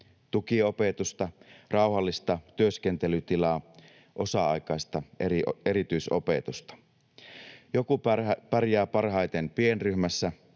tukiopetusta, rauhallista työskentelytilaa, osa-aikaista erityisopetusta. Joku pärjää parhaiten pienryhmässä,